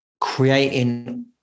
creating